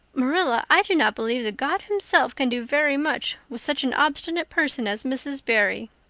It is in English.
marilla, i do not believe that god himself can do very much with such an obstinate person as mrs. barry.